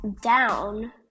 down